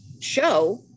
show